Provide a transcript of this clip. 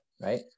right